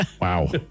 Wow